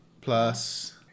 plus